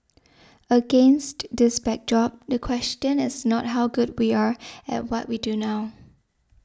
against this backdrop the question is not how good we are at what we do now